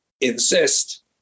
insist